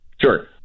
Sure